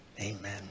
amen